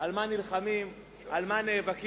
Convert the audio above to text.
על מה נלחמים, על מה נאבקים.